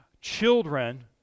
children